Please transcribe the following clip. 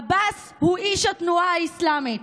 עבאס הוא איש התנועה האסלאמית.